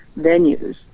venues